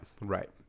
right